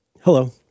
hello